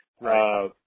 Right